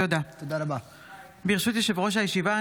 ברשות יושב-ראש הישיבה,